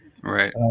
Right